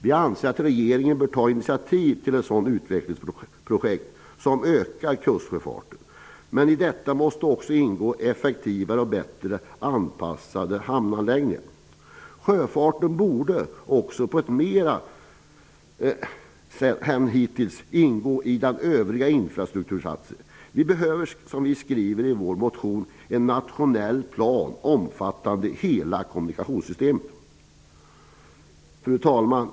Vi anser att regeringen bör ta initiativ till ett sådant utvecklingsprojekt som ökar kustsjöfarten, men i detta måste det också ingå effektivare och bättre anpassade hamnanläggningar. Sjöfarten borde också, mer än den hittills har gjort, ingå i den övriga infrastruktursatsningen. Vi behöver, som vi skriver i vår motion, en nationell plan som omfattar hela kommunikationssystemet. Fru talman!